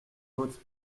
hautes